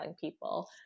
people